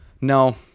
No